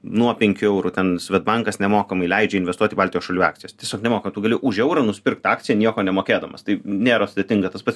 nuo penkių eurų ten svedbankas nemokamai leidžia investuot į baltijos šalių akcijas tiesiog nemokamai tu gali už eurą nusipirkt akciją nieko nemokėdamas tai nėra sudėtinga tas pats